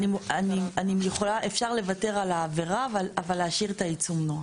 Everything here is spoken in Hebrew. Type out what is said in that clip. אבל להשאיר את העיצום.